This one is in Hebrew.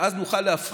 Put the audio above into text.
ואז נוכל להפחית